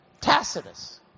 Tacitus